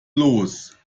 los